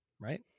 right